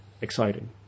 exciting